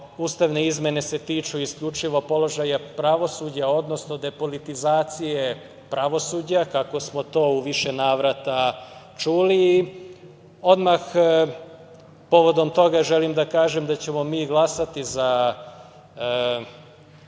ustavne izmene se tiču isključivo položaja pravosuđa, odnosno depolitizacije pravosuđa, kako smo to u više navrata čuli. Odmah povodom toga želim da kažem da ćemo mi glasati za